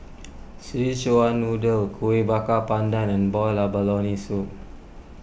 Szechuan Noodle Kuih Bakar Pandan and Boiled Abalone Soup